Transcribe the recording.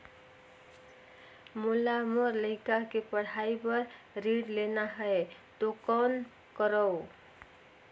मोला मोर लइका के पढ़ाई बर ऋण लेना है तो कौन करव?